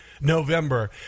November